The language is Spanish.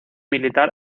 militar